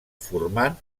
formant